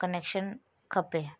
connection खपे